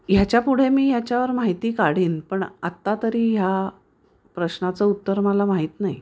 ह्याच्या पुढे मी ह्याच्यावर माहिती काढीन पण आत्ता तरी ह्या प्रश्नाचं उत्तर मला माहीत नाही